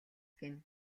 гэнэ